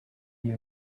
you